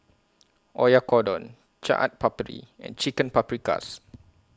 Oyakodon Chaat Papri and Chicken Paprikas